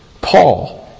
Paul